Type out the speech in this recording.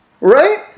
Right